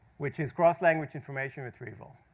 which is cross language information retrieval.